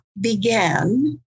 began